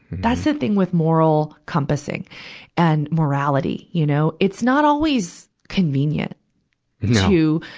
that's the thing with moral compassing and morality. you know, it's not always convenient to,